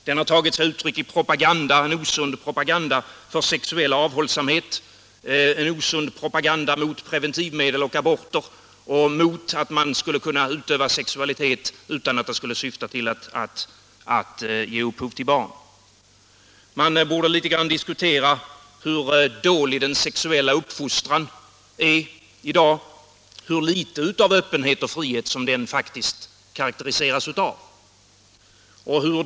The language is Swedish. Den har tagit sig uttryck i en osund propaganda för sexuell avhållsamhet, en osund propaganda mot preventivmedel och aborter och mot utövning av sexualitet som inte syftar till att ge upphov till barn. Vi borde diskutera hur dålig den sexuella uppfostran i dag är och hur litet den faktiskt karakteriseras av öppenhet och frihet.